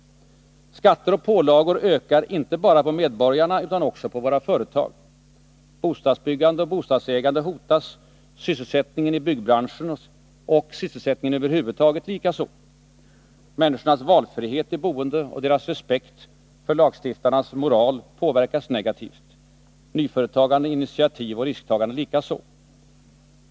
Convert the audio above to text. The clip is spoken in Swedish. Skatter och pålagor ökar inte bara på medborgarna utan också på våra företag. Bostadsbyggande och bostadsägande hotas, sysselsättningen i byggbranschen och sysselsättningen över huvud taget likaså. Människornas valfrihet i boende och deras respekt för lagstiftarnas moral påverkas negativt, nyföretagande, initiativ och risktagande likaså.